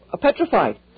petrified